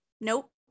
nope